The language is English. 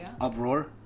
Uproar